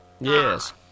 Yes